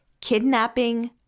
kidnapping